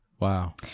Wow